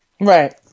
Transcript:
Right